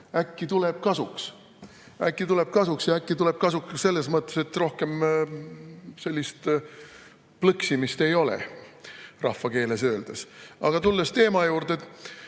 Äkki tuleb kasuks? Äkki tuleb kasuks, ja äkki tuleb kasuks ka selles mõttes, et rohkem sellist plõksimist ei ole, kui rahvakeeles öelda. Aga tulles teema juurde,